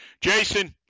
Jason